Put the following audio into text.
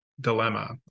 dilemma